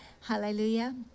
Hallelujah